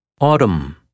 Autumn